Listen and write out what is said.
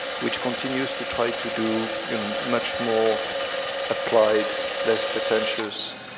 which continues to try to do much more applied, less pretentious,